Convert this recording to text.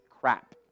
crap